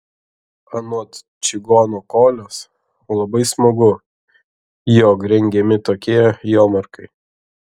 anot čigono kolios labai smagu jog rengiami tokie jomarkai